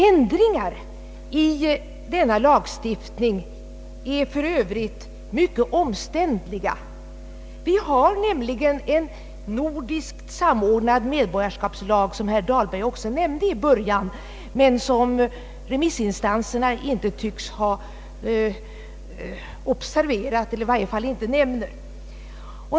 Ändringar i denna lagstiftning är för övrigt mycket omständliga. Vi har nämligen en nordiskt samordnad medborgarskapslag, något som herr Dahlberg nämnde i början av sitt anförande, men som remissinstanserna inte tycks ha observerat eller i varje fall inte nämnt.